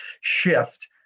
shift